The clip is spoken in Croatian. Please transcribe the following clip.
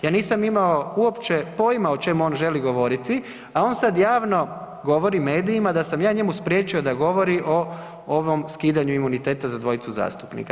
Ja nisam imao uopće pojma o čemu on želi govoriti, a on sad javno govori medijima da sam ja njemu spriječio da govori o ovom skidanju imuniteta za dvojicu zastupnika.